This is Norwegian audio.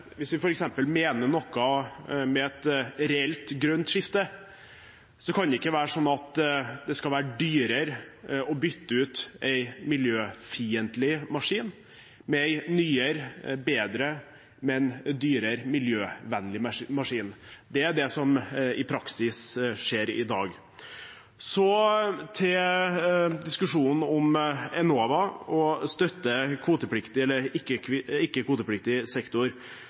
Hvis vi mener noe med f.eks. et reelt grønt skifte, kan det ikke være sånn at det skal være dyrere å bytte ut en miljøfiendtlig maskin med en nyere og bedre, men dyrere miljøvennlig maskin. Det er det som i praksis skjer i dag. Så til diskusjonen om Enova og det å støtte kvotepliktig eller ikke-kvotepliktig sektor.